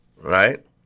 right